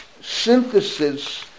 synthesis